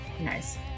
Nice